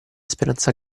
speranza